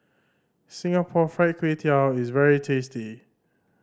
Singapore Fried Kway Tiao is very tasty